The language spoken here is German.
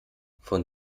von